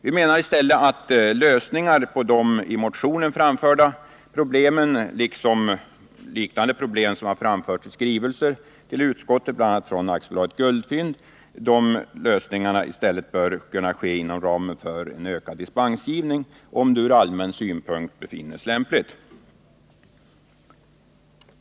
Vi menar i stället att de problem som tagits upp i motionen —liksom liknande problem som tagits upp i skrivelser till utskottet, bl.a. från AB Guldfynd — bör kunna lösas inom ramen för en ökad dispensgivning, om det ur allmän synpunkt befinns lämpligt.